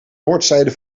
noordzijde